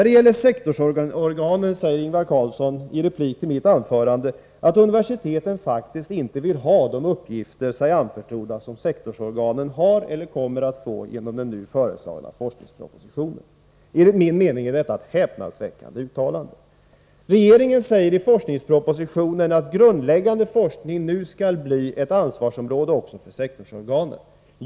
Beträffande sektorsorganen säger Ingvar Carlsson i polemik med mitt anförande att universiteten faktiskt inte vill ha sig anförtrodda de uppgifter som sektorsorganen har eller genom forskningspropositionen kommer att få. Enligt min mening är detta ett häpnadsväckande uttalande. Regeringen säger i forskningspropositionen att grundläggande forskning nu skall bli ett ansvarsområde också för sektorsorganen.